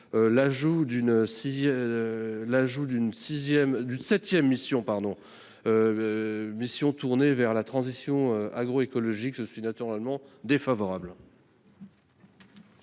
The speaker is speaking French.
à ajouter une septième mission tournée vers la transition agroécologique. Nous y sommes naturellement défavorables.